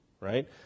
right